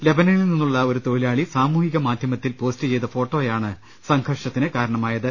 ലെബനനിൽ നിന്നുളള ഒരു തൊഴിലാളി സാമൂഹികമാ ധ്യമത്തിൽ പോസ്റ്റ് ചെയ്ത ഫോട്ടോയാണ് സംഘർഷത്തിന് കാരണമായത്